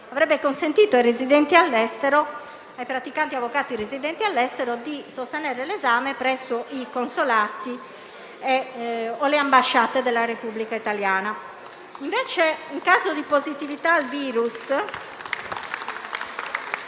avrebbe consentito ai praticanti avvocati residenti all'estero di sostenere l'esame presso i consolati o le ambasciate della Repubblica italiana. Invece, in caso di positività al virus,